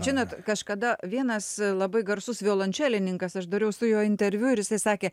žinot kažkada vienas labai garsus violončelininkas aš dariau su juo interviu ir jisai sakė